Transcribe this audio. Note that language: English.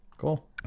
Cool